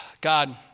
God